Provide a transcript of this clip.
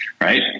right